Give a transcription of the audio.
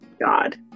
God